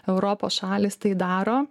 europos šalys tai daro